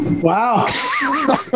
Wow